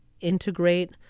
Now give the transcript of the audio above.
integrate